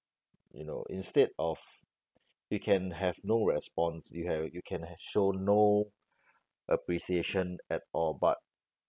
you know instead of you can have no response you have you can ha~ show no appreciation at all but